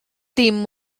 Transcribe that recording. dim